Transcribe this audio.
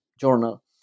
journal